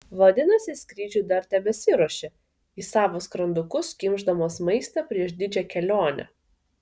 vadinasi skrydžiui dar tebesiruošia į savo skrandukus kimšdamos maistą prieš didžią kelionę